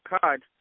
card